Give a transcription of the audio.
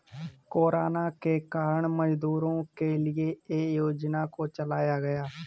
corona के कारण मजदूरों के लिए ये योजना को चलाया गया